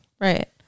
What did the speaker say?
Right